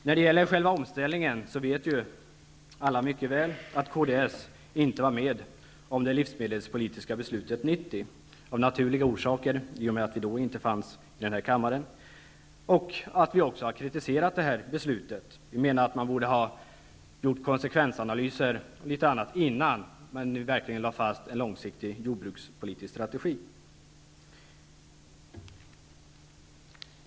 När det gäller själva omställningen vet alla mycket väl att Kds inte var med om det livsmedelspolitiska beslutet år 1990 av naturliga orsaker. Vi var ju då inte med i den här kammaren. Vi har kritiserat beslutet. Vi menar att man borde ha gjort konsekvensanalyser m.m. innan man lade fast en långsiktig jordbrukspolitisk strategi.